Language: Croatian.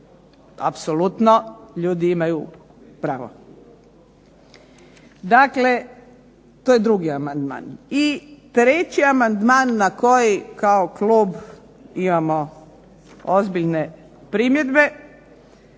apsolutno ljudi imaju pravo. Dakle, to je 2. amandman. I treći amandman na koji kao klub imamo ozbiljne primjedbe je